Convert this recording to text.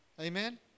Amen